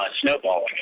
snowballing